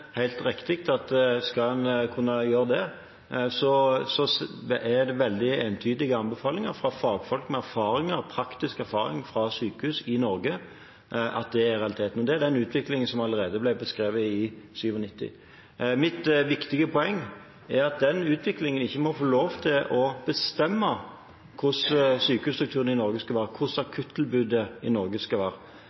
veldig entydige anbefalinger fra fagfolk med praktisk erfaring fra sykehus i Norge at dette er realiteten. Det er den utviklingen som allerede ble beskrevet i 1997. Mitt viktige poeng er at den utviklingen ikke må få lov til å bestemme hvordan sykehusstrukturen i Norge skal være, hvordan akuttilbudet i Norge skal være.